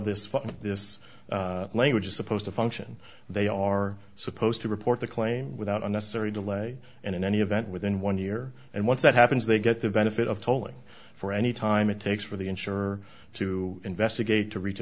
this this language is supposed to function they are supposed to report the claim without unnecessary delay and in any event within one year and once that happens they get the benefit of tolling for any time it takes for the insurer to investigate to reach a